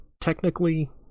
Technically